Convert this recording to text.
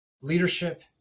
leadership